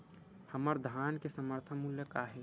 हमर धान के समर्थन मूल्य का हे?